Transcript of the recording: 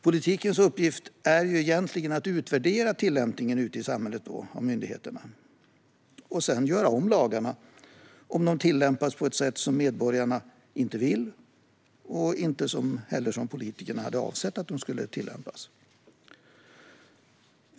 Politikens uppgift är egentligen att utvärdera myndigheternas tillämpning ute i samhället och sedan göra om lagarna om de tillämpas på ett sätt som medborgarna inte vill eller som politikerna inte hade avsett.